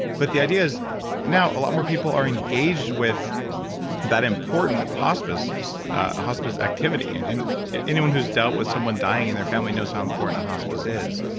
but the idea is now a lot more people are engaged with that important hospice so ah hospice activity, and and anyone who's dealt with someone dying in their family knows how important a hospice is.